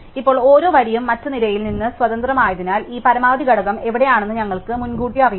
ഇപ്പോൾ ഓരോ വരിയും മറ്റ് നിരയിൽ നിന്ന് സ്വതന്ത്രമായതിനാൽ ഈ പരമാവധി ഘടകം എവിടെയാണെന്ന് ഞങ്ങൾക്ക് മുൻകൂട്ടി അറിയില്ല